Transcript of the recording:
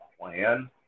plan